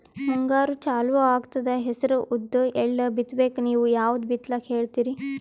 ಮುಂಗಾರು ಚಾಲು ಆಗ್ತದ ಹೆಸರ, ಉದ್ದ, ಎಳ್ಳ ಬಿತ್ತ ಬೇಕು ನೀವು ಯಾವದ ಬಿತ್ತಕ್ ಹೇಳತ್ತೀರಿ?